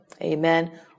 amen